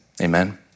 Amen